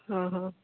ହଁ ହଁ